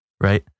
right